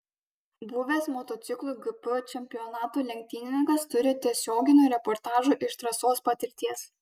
buvęs motociklų gp čempionatų lenktynininkas turi tiesioginių reportažų iš trasos patirties